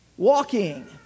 Walking